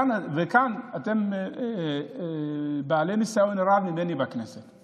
וכאן אתם בעלי ניסיון רב ממני בכנסת,